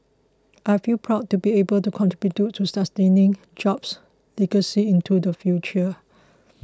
I feel proud to be able to contribute to sustaining Jobs' legacy into the future